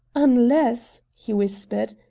unless, he whispered,